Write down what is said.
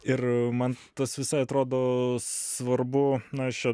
ir man tas visai atrodo svarbu na aš čia